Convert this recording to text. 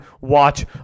watch